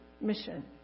mission